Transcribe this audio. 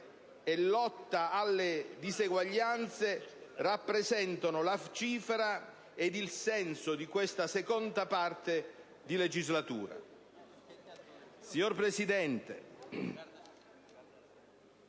e lotta alle disuguaglianze, rappresentano la cifra e il senso di questa seconda parte di legislatura.